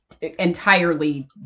entirely